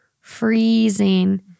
Freezing